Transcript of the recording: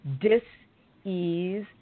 dis-ease